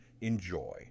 Enjoy